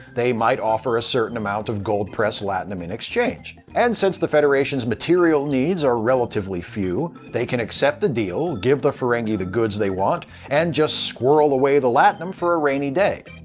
they might offer a certain amount of gold-pressed latinum in exchange. and since the federation's material needs are relatively few, they can accept the deal, give the ferengi the goods they want, and just squirrel away the latinum for a rainy day.